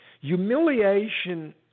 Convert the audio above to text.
Humiliation